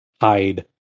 hide